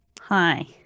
Hi